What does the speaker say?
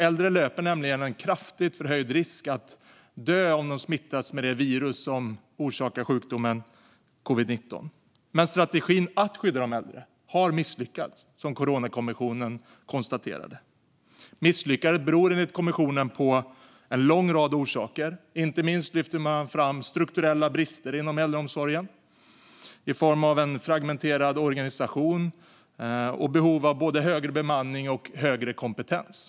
Äldre löper nämligen en kraftigt förhöjd risk att dö om de smittas av det virus som orsakar sjukdomen covid-19. Men strategin att skydda de äldre har misslyckats, som Coronakommissionen konstaterade. Misslyckandet beror enligt kommissionen på en lång rad faktorer. Inte minst pekar man på strukturella brister inom äldreomsorgen i form av bland annat en fragmenterad organisation och behov av högre bemanning och ökad kompetens.